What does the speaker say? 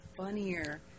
funnier